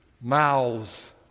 mouths